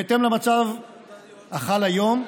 בהתאם למצב החל היום,